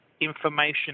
information